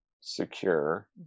secure